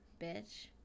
bitch